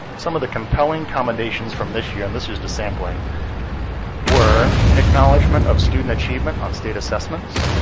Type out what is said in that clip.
some of the compelling commendations from this year and this just a sampling were an acknowledgment of student achievement on state assessments,